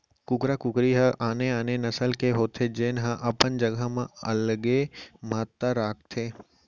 कुकरा कुकरी ह आने आने नसल के होथे जेन ह अपन जघा म अलगे महत्ता राखथे